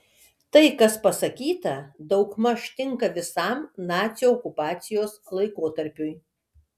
tai kas pasakyta daugmaž tinka visam nacių okupacijos laikotarpiui